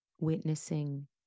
Witnessing